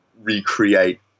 recreate